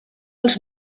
els